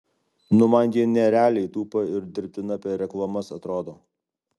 nu man ji nerealiai tupa ir dirbtina per reklamas atrodo